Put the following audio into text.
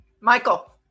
Michael